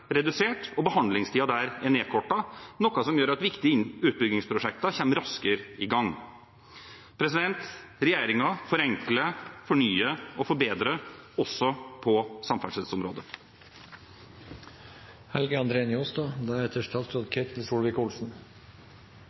redusert, og behandlingstiden er nedkortet, noe som gjør at viktige utbyggingsprosjekter kommer raskere i gang. Regjeringen forenkler, fornyer og forbedrer også på